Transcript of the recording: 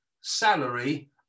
salary